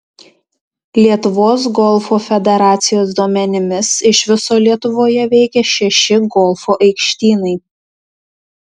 lietuvos golfo federacijos duomenimis iš viso lietuvoje veikia šeši golfo aikštynai